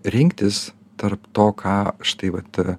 rinktis tarp to ką štai vat